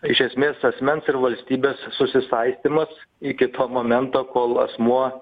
iš esmės asmens ir valstybės susisaistymas iki to momento kol asmuo